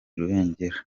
rubengera